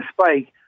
spike